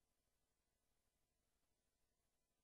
80% ומשהו מהמוסלמים וההינדים.